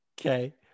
Okay